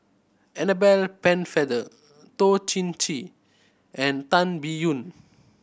Annabel Pennefather Toh Chin Chye and Tan Biyun